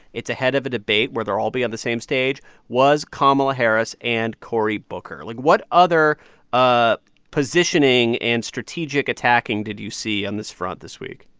it's ahead of a debate where they'll all be on the same stage was kamala harris and cory booker. like, what other ah positioning and strategic attacking did you see on this front this week?